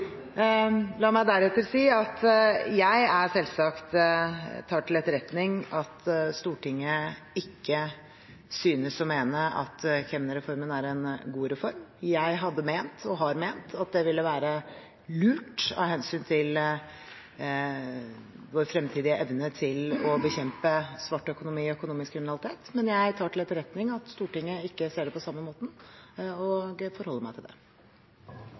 selvsagt tar til etterretning at Stortinget ikke synes å mene at kemnerreformen er en god reform. Jeg hadde ment og har ment at det ville være lurt av hensyn til vår fremtidige evne til å bekjempe svart økonomi og økonomisk kriminalitet, men jeg tar til etterretning at Stortinget ikke ser det på samme måten, og forholder meg til det.